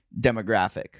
demographic